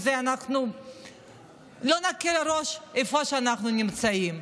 ואנחנו לא נקל ראש איפה שאנחנו נמצאים.